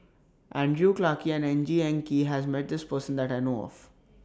Andrew Clarke and Ng Eng Kee has Met This Person that I know of